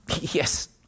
Yes